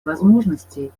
возможностей